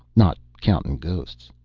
not countin' ghosts.